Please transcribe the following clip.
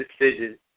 decision